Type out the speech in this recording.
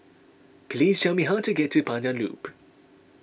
please tell me how to get to Pandan Loop